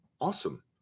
Awesome